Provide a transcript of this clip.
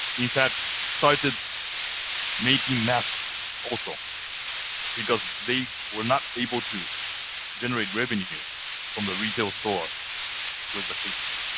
in fact started making masks also because they were not able to generate revenue from the retail store was the cases.